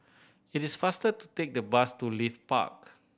it is faster to take the bus to Leith Park